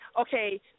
Okay